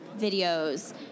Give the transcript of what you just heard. videos